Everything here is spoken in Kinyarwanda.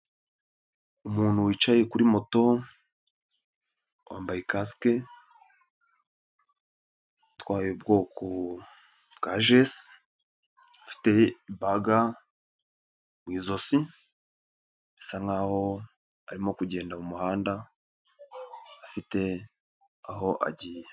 Umuntu wicaye kuri moto, wambaye kasike, atwaye ubwoko bwa ajesa, afite baga mu izosi, bisa nk'aho arimo kugenda mu muhanda afite aho agiye.